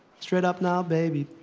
straight up now, baby